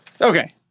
Okay